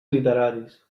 literaris